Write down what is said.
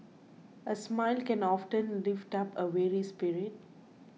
a smile can often lift up a weary spirit